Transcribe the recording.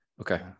Okay